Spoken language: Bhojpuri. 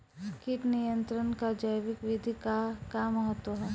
कीट नियंत्रण क जैविक विधि क का महत्व ह?